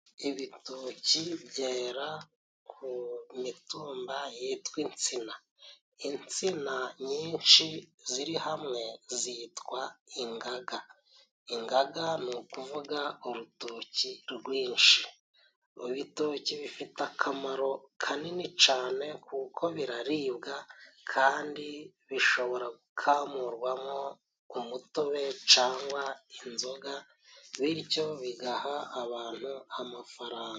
ibitoki byera ku mitumba yitwa insina. Insina nyinshi ziri hamwe zitwa ingaga. Ingaga ni ukuvuga urutoki rwinshi. Ibitoki bifite akamaro kanini cyane, kuko biraribwa kandi bishobora gukamurwamo umutobe cyangwa inzoga, bityo bigaha abantu amafaranga.